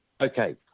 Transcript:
Okay